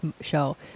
show